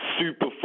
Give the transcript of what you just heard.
super